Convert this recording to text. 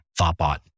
ThoughtBot